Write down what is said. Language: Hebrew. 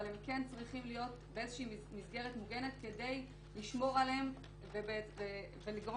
הם צריכים להיות באיזושהי מסגרת מוגנת כדי לשמור עליהם ולגרום